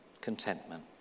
Contentment